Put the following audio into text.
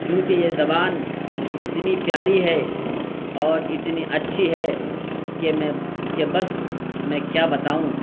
کیونکہ یہ زبان اتنی پیاری ہے اور اتنی اچھی ہے کہ میں کہ بس میں کیا بتاؤں